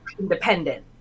independent